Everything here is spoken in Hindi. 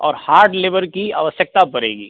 और हार्ड लेवर की आवश्यकता पड़ेगी